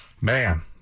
Man